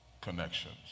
connections